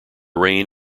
rain